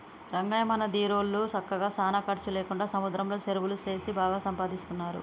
రంగయ్య మన దీరోళ్ళు సక్కగా సానా ఖర్చు లేకుండా సముద్రంలో సెరువులు సేసి బాగా సంపాదిస్తున్నారు